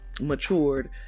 matured